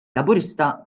laburista